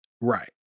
Right